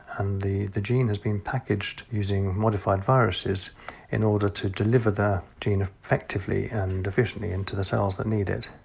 and the the gene has been packaged using modified viruses in order to deliver the gene effectively and efficiently into the cells that need it.